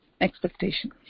expectation